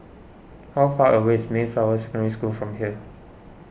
how far away is Mayflower Secondary School from here